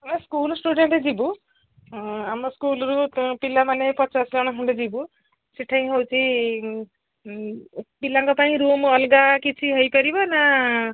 ଆମେ school student ଯିବୁ ଆମ ସ୍କୁଲ୍ରୁ ପିଲାମାନେ ପଚାଶ ଜଣ ଖଣ୍ଡେ ଯିବୁ ସେଇଠି ହେଉଛି ପିଲାଙ୍କ ପାଇଁ ରୁମ୍ ଅଲଗା କିଛି ହେଇପାରିବ ନା